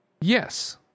Yes